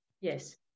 Yes